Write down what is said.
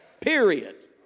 Period